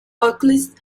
occultist